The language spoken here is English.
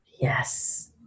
Yes